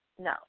No